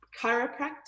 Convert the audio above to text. chiropractor